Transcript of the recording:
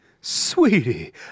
Sweetie